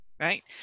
right